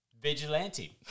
vigilante